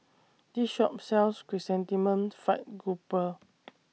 This Shop sells Chrysanthemum Fried Grouper